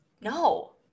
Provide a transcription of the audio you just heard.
no